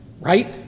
right